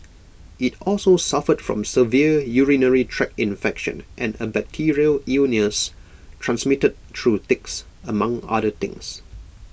IT also suffered from severe urinary tract infection and A bacterial illness transmitted through ticks among other things